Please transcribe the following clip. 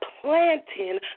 planting